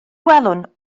welwn